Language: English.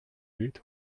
built